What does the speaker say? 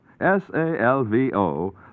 S-A-L-V-O